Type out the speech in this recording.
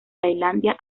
tailandia